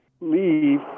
leave